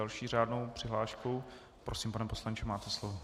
S další řádnou přihláškou prosím, pane poslanče, máte slovo.